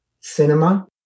cinema